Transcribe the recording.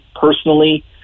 personally